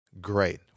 Great